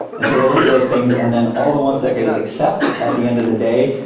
and so they look at those things and then all the ones that they accept at the end of the day,